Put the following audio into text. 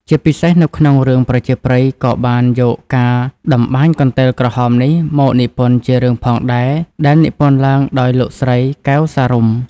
ជាពិសេសនៅក្នុងរឿងប្រជាប្រិយក៏បាន យកការតម្បាញកន្ទេលក្រហមនេះមកនិពន្ធជារឿងផងដែរដែលនិពន្ធឡើងដោយលោកស្រី កែវ សារុំ។